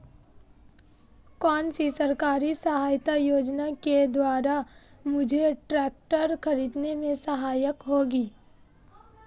कौनसी सरकारी सहायता योजना के द्वारा मुझे ट्रैक्टर खरीदने में सहायक होगी?